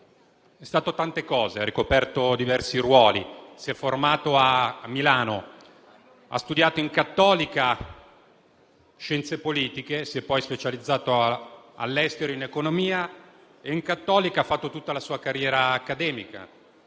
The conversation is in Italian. È stato tante cose, ha ricoperto diversi ruoli. Si è formato a Milano, ha studiato scienze politiche all'Università Cattolica, si è poi specializzato all'estero in economia e alla Cattolica ha fatto tutta la sua carriera accademica,